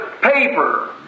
paper